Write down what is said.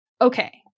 okay